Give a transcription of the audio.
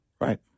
Right